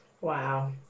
wow